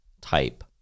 type